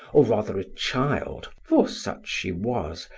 or rather a child, for such she was,